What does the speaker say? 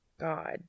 God